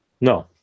No